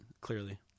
clearly